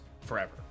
forever